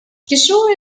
kishore